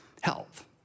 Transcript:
health